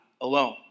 alone